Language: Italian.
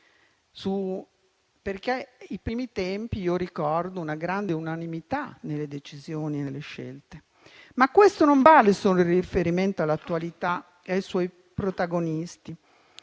I primi tempi io ricordo una grande unanimità nelle decisioni e nelle scelte. Ma questo vale in riferimento non solo all'attualità e ai suoi protagonisti,